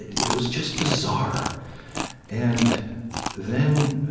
it was just bizarre and then,